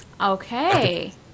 Okay